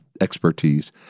expertise